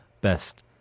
best